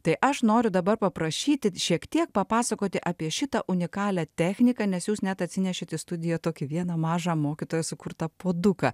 tai aš noriu dabar paprašyti šiek tiek papasakoti apie šitą unikalią techniką nes jūs net atsinešėt į studiją tokį vieną mažą mokytojo sukurtą puoduką